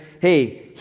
Hey